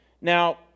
Now